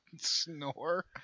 snore